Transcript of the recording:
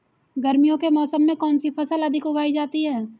गर्मियों के मौसम में कौन सी फसल अधिक उगाई जाती है?